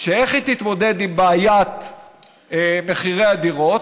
שאיך היא תתמודד עם בעיית מחירי הדירות?